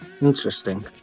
Interesting